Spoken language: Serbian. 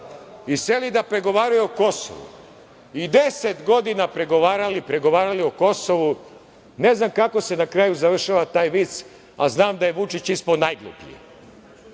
i seli da pregovaraju o Kosovu i 10 godina pregovarali o Kosovu. Ne znam kako se na kraju završava taj vic, ali znam da je Vučić ispao najgluplji. Ima